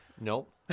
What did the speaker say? Nope